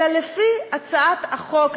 אלא לפי הצעת החוק,